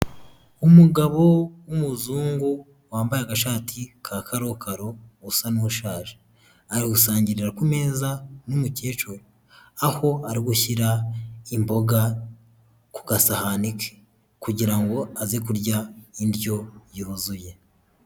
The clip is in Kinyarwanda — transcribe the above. Umugabo w'umuzungu wambaye agashati ka karokaro usa n'ushaje, ari gusangirira ku meza n'umukecuru, aho arigushyira imboga ku gasahani ke kugira ngo aze kurya indyo yuzuye.